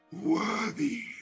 worthy